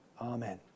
Amen